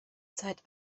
zeit